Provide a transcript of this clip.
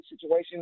situation